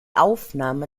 aufnahme